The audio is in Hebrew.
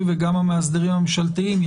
אני מן המחלקה המשפטית בבנק ישראל.